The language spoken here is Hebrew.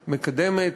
מקדמת,